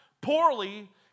poorly